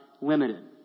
limited